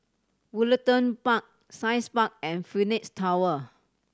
Woollerton Park Science Park and Phoenix Tower